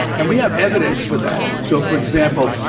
and we have evidence for that. so, for example,